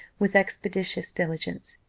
with expeditious diligence.